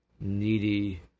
needy